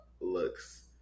looks